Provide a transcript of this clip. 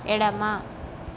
ఎడమ